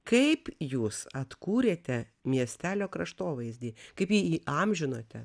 kaip jūs atkūrėte miestelio kraštovaizdį kaip jį įamžinote